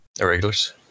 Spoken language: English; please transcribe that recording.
Irregulars